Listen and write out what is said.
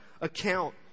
account